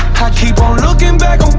keep on looking back